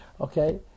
Okay